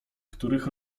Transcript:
których